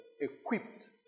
equipped